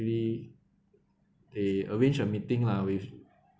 they arrange a meeting lah with